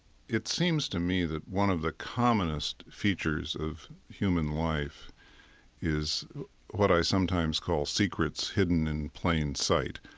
it seems to me that one of the commonest features of human life is what i sometimes call secrets hidden in plain sight,